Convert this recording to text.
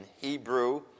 Hebrew